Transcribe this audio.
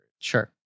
Sure